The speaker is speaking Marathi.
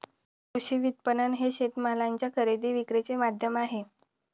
कृषी विपणन हे शेतमालाच्या खरेदी विक्रीचे माध्यम आहे